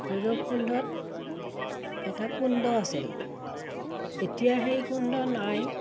ভৈৰৱকুণ্ডত এটা কুণ্ড আছিল এতিয়া সেই কুণ্ড নাই